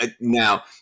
now